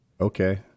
Okay